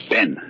Ben